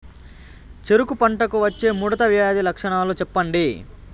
చెరుకు పంటకు వచ్చే ముడత వ్యాధి లక్షణాలు చెప్పండి?